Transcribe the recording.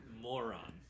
moron